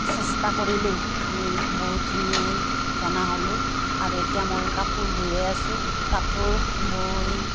চেষ্টা কৰিলোঁ আমি বহুতখিনিয়েই জনা হ'লোঁ আৰু এতিয়া মই কাপোৰ বৈয়ে আছো কাপোৰ বৈ